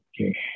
Okay